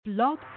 Blog